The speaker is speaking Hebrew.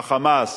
ה"חמאס",